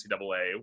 NCAA